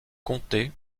comté